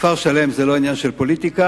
כפר-שלם זה לא עניין של פוליטיקה.